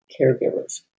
caregivers